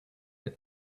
had